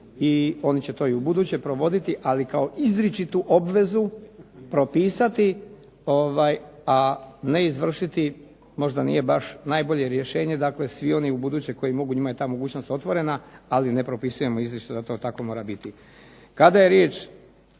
i oni će to i u buduće provoditi, ali kao izričitu obvezu propisati, a ne izvršiti možda nije baš najbolje rješenje. Dakle, svi oni u buduće koji mogu njima je ta mogućnost otvorena, ali ne propisujemo izričito da to tako mora biti. Kada je riječ